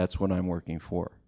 that's what i'm working for